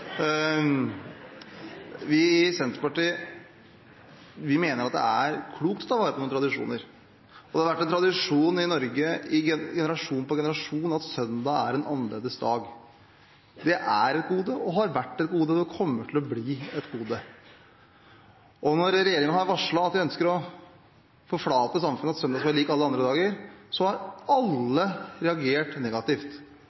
Vi i Senterpartiet mener at det er klokt å ta vare på noen tradisjoner, og det har vært en tradisjon i Norge i generasjon på generasjon at søndag er en annerledes dag. Det er et gode, og har vært et gode, og det kommer til å bli et gode. Når regjeringen har varslet at de ønsker å forflate samfunnet, at søndag skal være lik alle andre dager, har alle reagert negativt.